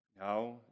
Now